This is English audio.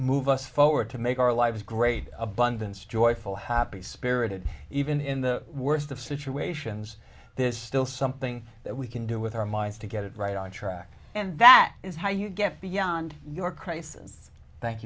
move us forward to make our lives great abundance joyful happy spirited even in the worst of situations there's still something that we can do with our minds to get it right on track and that is how you get beyond your crisis thank